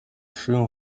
食用